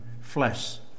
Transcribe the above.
flesh